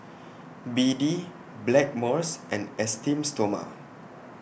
B D Blackmores and Esteem Stoma